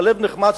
הלב נחמץ,